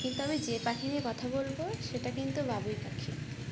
কিন্তু আমি যে পাখি নিয়ে কথা বলবো সেটা কিন্তু বাবুই পাখি